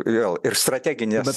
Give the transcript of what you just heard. vėl ir strateginės